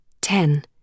Ten